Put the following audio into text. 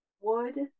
wood